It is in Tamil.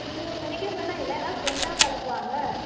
நீங்கள் நினைக்கிற மாதிரிலாம் இல்லை எல்லாம் ஃப்ரெண்டாக பழகுவாங்க